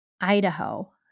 Idaho